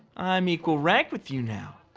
i'm equal rank with you now.